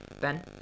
Ben